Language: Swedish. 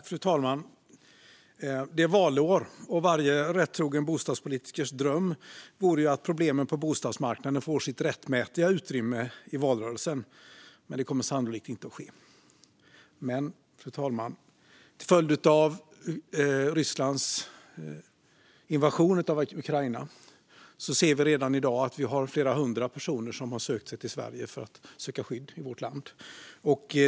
Fru talman! Det är valår, och varje rättrogen bostadspolitikers dröm är att problemen på bostadsmarknaden får sitt rättmätiga utrymme i valrörelsen - men det kommer sannolikt inte att ske. Fru talman! Till följd av Rysslands invasion av Ukraina ser vi redan i dag fler hundra personer som har sökt sig till Sverige för att söka skydd i vårt land.